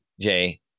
Jay